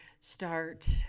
start